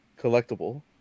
collectible